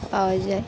পাওয়া যায়